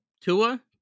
Tua